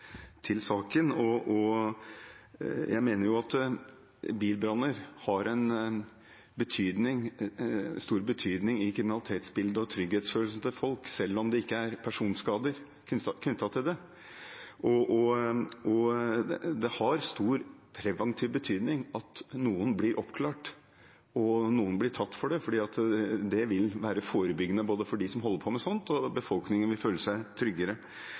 til saken. Jeg mener at bilbranner har stor betydning i kriminalitetsbildet og for trygghetsfølelsen til folk selv om det ikke er personskader knyttet til dem. Det har stor preventiv betydning at noen av dem blir oppklart, og at noen blir tatt for det, for det vil være forebyggende opp mot dem som holder på med sånt, og befolkningen vil føle seg tryggere.